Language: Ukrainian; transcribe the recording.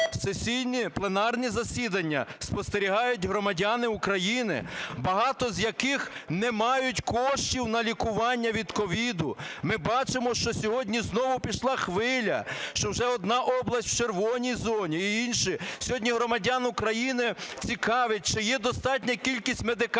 сесійні, пленарні засідання спостерігають громадяни України, багато з яких не мають коштів на лікування від COVID. Ми бачимо, що сьогодні знову пішла хвиля. Що вже одна область в "червоній" зоні і інші. Сьогодні громадян України цікавить, чи є достатня кількість медикаментів